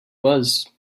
was